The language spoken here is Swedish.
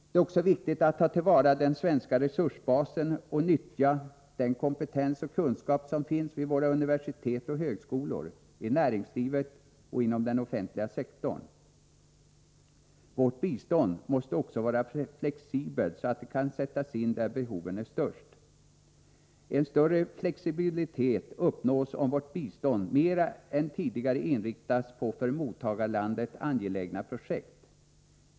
Det är också viktigt att ta till vara den svenska resursbasen och att nyttja den kompetens och den kunskap som finns vid våra universitet och högskolor, i näringslivet och inom den offentliga sektorn. Vidare måste vårt bistånd vara flexibelt, så att det kan sättas in där behoven är störst. En större flexibilitet uppnås om vårt bistånd mera än tidigare inriktas på för mottagarlandet angelägna projekt.